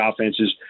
offenses